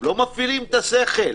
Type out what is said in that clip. לא מפעילים את השכל.